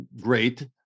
great